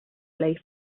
lay